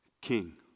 king